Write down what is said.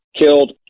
killed